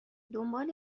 دنبال